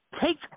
take